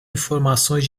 informações